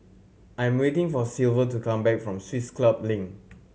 I'm waiting for Silver to come back from Swiss Club Link